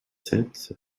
sept